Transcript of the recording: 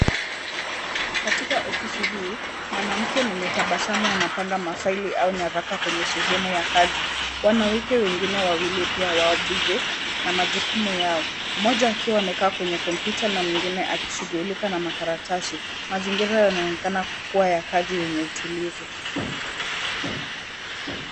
Katika ofisi hii, mwanamke mwenye tabasamu anapanga mafaili au nyaraka kwenye sehemu ya kazi. Wanawake wengine wawili pia wako busy na majukumu yao, mmoja akiwa amekaa kwenye kompyuta na mwingine akiwa anashughulika na makaratasi. Mazingira yanaonekana kuwa ya kazi yenye utulivu.